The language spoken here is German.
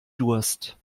durst